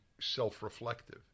self-reflective